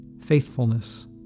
faithfulness